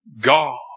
God